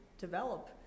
develop